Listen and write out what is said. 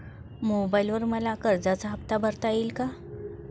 मोबाइलवर मला कर्जाचा हफ्ता भरता येईल का?